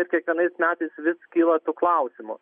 ir kiekvienais metais vis kyla klausimų